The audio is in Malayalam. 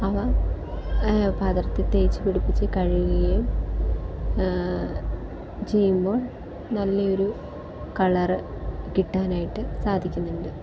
അവ പാത്രത്തിൽ തേച്ച് പിടിപ്പിച്ച് കഴുകുകയും ചെയ്യുമ്പോള് നല്ലയൊരു കളറ് കിട്ടാനായിട്ട് സാധിക്കുന്നുണ്ട്